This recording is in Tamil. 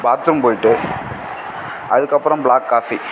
பாத் ரூம் போய்விட்டு அதுக்கப்புறம் ப்ளாக் காஃபி